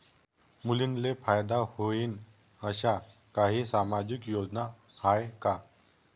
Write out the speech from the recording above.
मुलींले फायदा होईन अशा काही सामाजिक योजना हाय का?